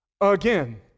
again